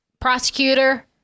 prosecutor